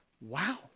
wow